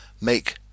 make